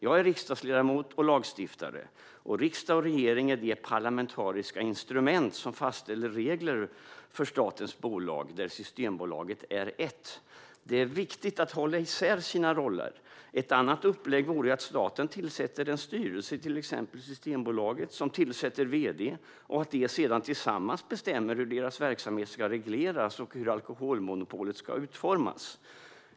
Jag är riksdagsledamot och lagstiftare, och riksdag och regering är de parlamentariska instrument som fastställer regler för statens bolag, varav Systembolaget är ett. Det är viktigt att hålla isär sina roller. Ett annat upplägg vore att staten tillsätter en styrelse i till exempel Systembolaget som tillsätter en vd och att de tillsammans sedan bestämmer hur deras verksamhet ska regleras och hur alkoholmonopolet ska utformas.